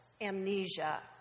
amnesia